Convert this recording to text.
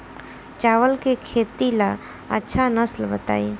चावल के खेती ला अच्छा नस्ल बताई?